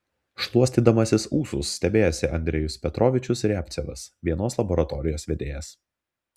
šluostydamasis ūsus stebėjosi andrejus petrovičius riabcevas vienos laboratorijos vedėjas